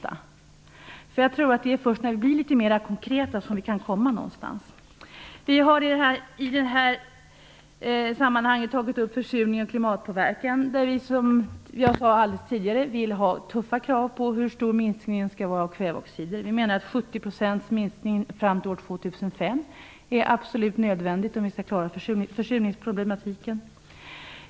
Jag tror att det är först när vi blir litet mer konkreta som vi kan komma någonstans. Vi har i det här sammanhanget tagit upp försurningen och klimatpåverkan. Där vill vi ha tuffa krav på hur stor minskningen av kväveoxider skall vara, som jag sade tidigare. Vi menar att en minskning på 70 % fram till år 2005 är absolut nödvändigt om vi skall klara försurningsproblemen.